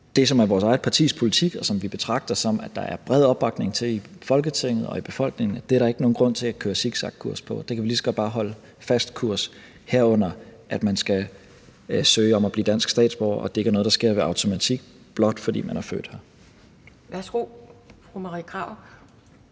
det, som er vores eget partis politik, og som vi betragter som noget, der er bred opbakning til i Folketinget og i befolkningen, er der ikke nogen grund til at køre zigzagkurs på. Der kan vi lige så godt bare holde en fast kurs, herunder at man skal søge om at blive dansk statsborger, og at det ikke er noget, der sker pr. automatik, blot fordi man er født her. Kl. 11:41 Anden